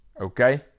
Okay